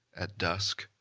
at dusk,